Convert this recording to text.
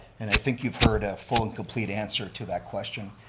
and i think you've heard a full and complete answer to that question.